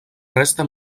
resta